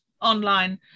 online